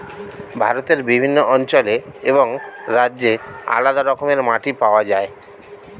ভারতের বিভিন্ন অঞ্চলে এবং রাজ্যে আলাদা রকমের মাটি পাওয়া যায়